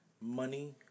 money